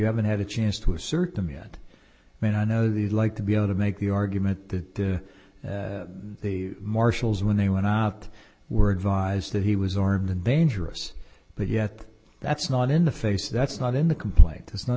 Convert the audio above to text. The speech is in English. haven't had a chance to assert them yet and i know the like to be able to make the argument that the the marshals when they went out were advised that he was armed and dangerous but yet that's not in the face that's not in the complaint is not